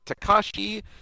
Takashi